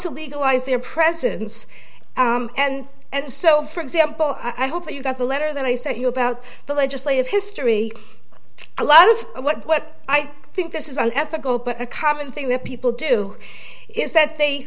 to legalize their presence and and so for example i hope you got a letter that i sent you about the legislative history a lot of what i think this is an ethical a common thing that people do is that they